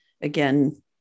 again